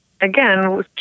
again